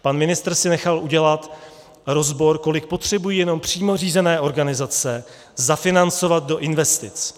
Pan ministr si nechal udělat rozbor, kolik potřebují jenom přímo řízené organizace zafinancovat do investic.